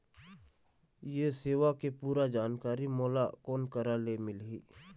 ये सेवा के पूरा जानकारी मोला कोन करा से मिलही?